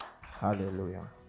hallelujah